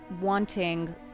wanting